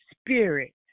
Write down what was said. spirit